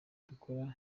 dukora